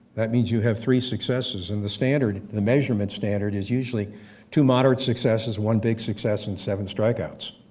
that means you have three successes, and the standard, the measurement standard is usually two moderate successes, one big success and seven strikeouts.